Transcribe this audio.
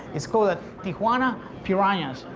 it's called the tijuana piranhas.